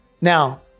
Now